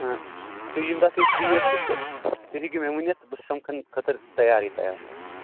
آ تُہۍ ییٚمہِ دۅہ تہِ فرٛی ٲسِو تہٕ تُہۍ ہیٚکِو مےٚ ؤنِتھ بہٕ سمکھن خٲطرٕ تَیارٕے تَیار